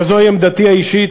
אבל זוהי עמדתי האישית,